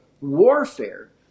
warfare